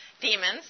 demons